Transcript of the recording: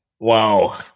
Wow